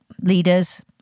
leaders